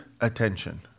attention